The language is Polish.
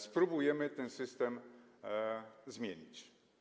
Spróbujemy ten system zmienić.